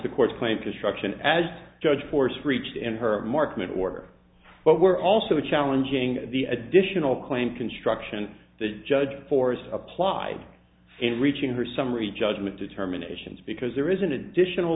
the court claim construction as judge force reached in her marksman award but were also challenging the additional claim construction the judge force applied in reaching her summary judgment determinations because there is an additional